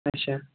اچھا